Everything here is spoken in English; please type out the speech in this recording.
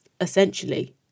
essentially